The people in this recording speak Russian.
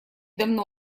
давно